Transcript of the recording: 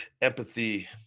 empathy